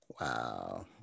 Wow